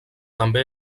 també